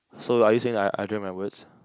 so are you saying that I I drag my words